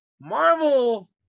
marvel